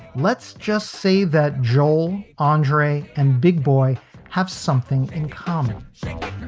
let's just say that joel, andre and big boy have something in common thank